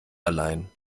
allein